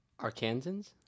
Arkansans